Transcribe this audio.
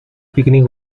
picnic